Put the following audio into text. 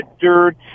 dirt